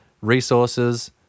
resources